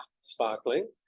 Sparkling